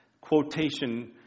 quotation